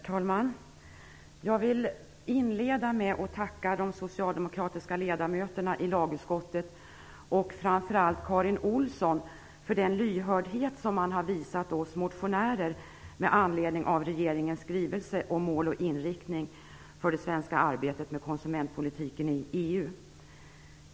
Herr talman! Jag vill inleda med att tacka de socialdemokratiska ledamöterna i lagutskottet, framför allt Karin Olsson, för den lyhördhet som de har visat oss motionärer med anledning av regeringens skrivelse om mål och inriktning för det svenska arbetet med konsumentpolitiken i EU.